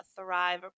thrive